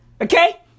Okay